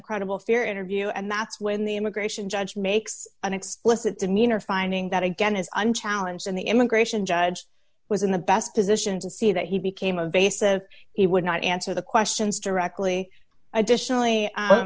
credible fear interview and that's when the immigration judge makes an explicit demeanor finding that again is unchallenged and the immigration judge was in the best position to see that he became a base of he would not answer the questions directly additionally